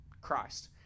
Christ